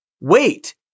wait